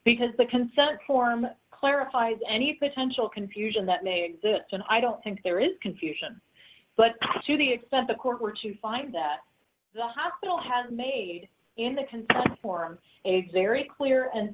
because the consent form clarifies any potential confusion that may exist and i don't think there is confusion but to the extent the court were to find that the hospital has made in the consent form exaggerate clear and